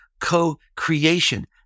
co-creation